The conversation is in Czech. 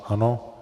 Ano.